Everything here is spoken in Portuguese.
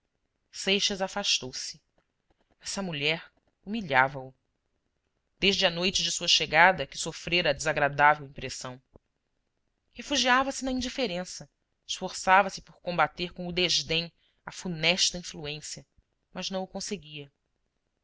adoração seixas afastou-se essa mulher humilhava o desde a noite de sua chegada que sofrera a desagradável impressão refugiava-se na indiferença esforçava-se por combater com o desdém a funesta influência mas não o conseguia